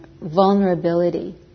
vulnerability